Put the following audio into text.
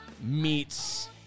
meets